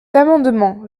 amendement